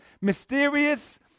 mysterious